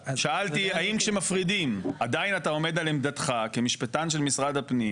האם כשמפרידים עדיין אתה עומד על עמדתך כמשפטן של משרד הפנים